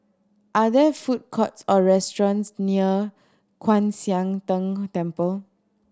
are there food courts or restaurants near Kwan Siang Tng Temple